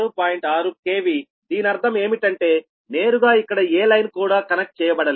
6 KV దీనర్థం ఏమిటంటే నేరుగా ఇక్కడ ఏ లైన్ కూడా కనెక్ట్ చేయబడలేదు